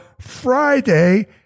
Friday